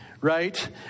Right